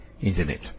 Internet